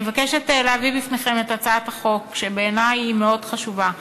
אני מבקשת להביא בפניכם הצעת חוק שבעיני היא מאוד חשובה.